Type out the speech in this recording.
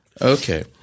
Okay